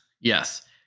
Yes